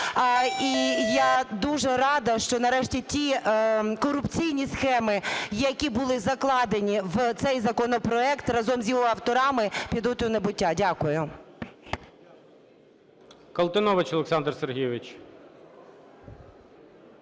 І я дуже рада, що, нарешті, ті корупційні схеми, які були закладені в цей законопроект, разом з його авторами підуть у небуття. Дякую.